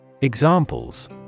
Examples